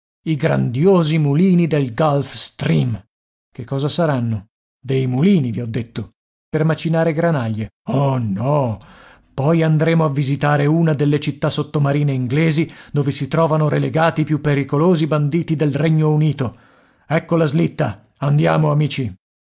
i grandiosi mulini del gulf stream che cosa saranno dei mulini vi ho detto per macinare granaglie oh no poi andremo a visitare una delle città sottomarine inglesi dove si trovano relegati i più pericolosi banditi del regno unito ecco la slitta andiamo amici